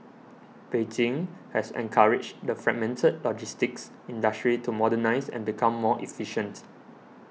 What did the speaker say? Beijing has encouraged the fragmented logistics industry to modernise and become more efficient